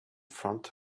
front